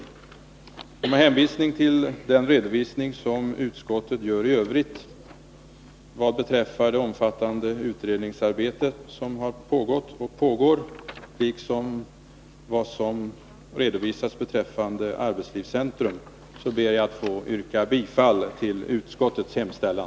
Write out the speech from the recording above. Med hänvisning till den redovisning som utskottet gör i övrigt beträffande det omfattande utredningsarbete som har pågått och som pågår, liksom till vad som redovisas rörande arbetslivscentrum, ber jag att få yrka bifall till utskottets hemställan.